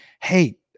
hey